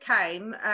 came